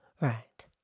Right